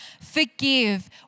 Forgive